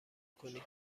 کنید